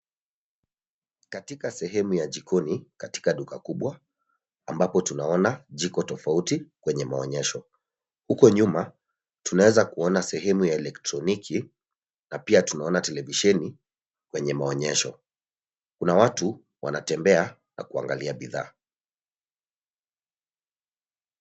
Katika sehemu ya jikoni, katika duka kubwa, ambapo tunaona jiko tofauti kwenye maonyesho. Huko nyuma tunaweza kuona sehemu ya elektroniki, na pia tunaona televisheni, kwenye maonyesho. Kuna watu wanatembea, na kuangalia bidhaa.